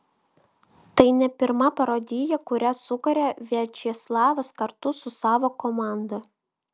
tai ne pirma parodija kurią sukuria viačeslavas kartu su savo komanda